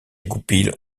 goupil